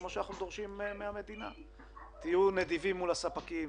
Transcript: כמו שאנחנו דורשים מהמדינה: תהיו נדיבים מול הספקים,